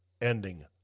ending